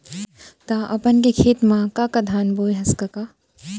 त अपन खेत म का का धान बोंए हस कका?